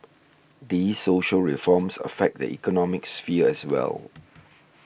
these social reforms affect the economic sphere as well